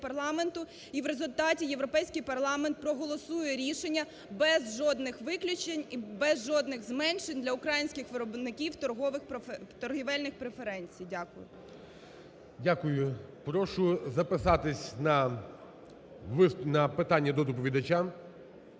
і в результаті Європейський парламент проголосує рішення без жодних виключень і без жодних зменшень для українських виробників торгівельних преференцій. Дякую. ГОЛОВУЮЧИЙ. Дякую. Прошу записатись на виступ… на питання до доповідача